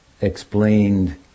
explained